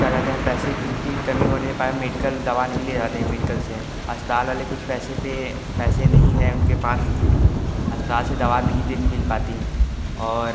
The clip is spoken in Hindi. क्या कहते हैं पैसे की कमी होने पर मेडिकल दवा नहीं ले पाते मेडिकल से अस्पताल वाले कुछ पैसे पर पैसे नहीं है उनके पास अस्पताल से दवा नहीं दे मिल पाती और